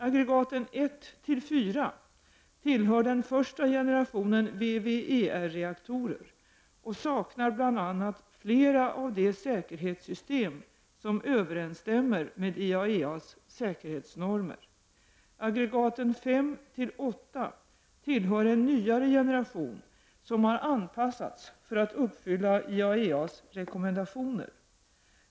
Aggregaten 1-4 tillhör den första generationen VVER-reaktorer och saknar bl.a. flera av de säkerhetssystem som överensstämmer med IAEA:s säkerhetsnormer. Aggregaten 5-8 tillhör en nyare generation som har anpassats för att uppfylla IAEA:s rekommendationer.